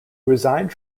resigned